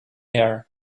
air